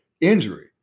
injury